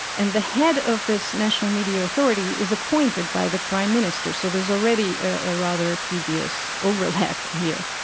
and the head of this national media authority is appointed by the prime minister. so there's already a rather dubious overlap here.